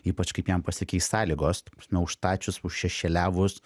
ypač kaip jam pasikeis sąlygos ta prasme užstačius užšešėliavus